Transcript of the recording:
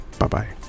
Bye-bye